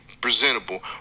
Presentable